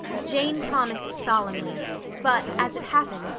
jane promised solemnly but, as it happened,